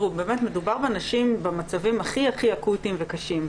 מדובר בנשים במצבים הכי אקוטיים וקשים.